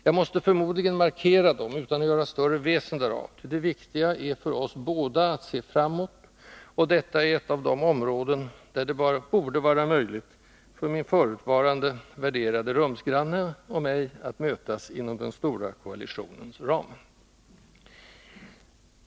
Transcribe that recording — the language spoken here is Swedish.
Jag måste förmodligen markera dem men utan att göra större väsen därav, ty det viktiga är för oss båda att se framåt, och detta är ett av de områden där det borde vara möjligt för min förutvarande, värderade rumsgranne och mig att mötas inom ”den stora koalitionens” ram.